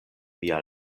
mia